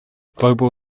global